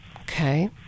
Okay